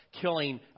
killing